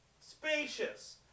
Spacious